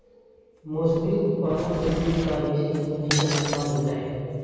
मौसमी उत्पादों के लिये कार्यशील पूंजी का इस्तेमाल होता है